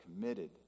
committed